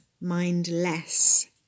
mindless